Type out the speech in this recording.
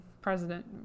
president